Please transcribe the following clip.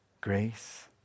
grace